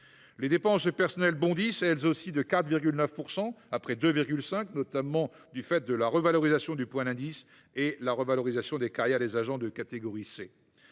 Les dépenses de personnels bondissent, elles aussi, de 4,9 %, après 2,5 %, notamment à cause de la revalorisation du point d’indice et de la revalorisation des carrières des agents de catégorie C.